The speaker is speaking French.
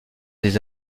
des